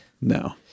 No